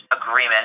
agreement